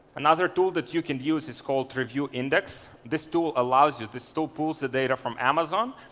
another tool that you can use is called review index. this tool allows you to so pull the data from amazon,